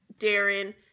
Darren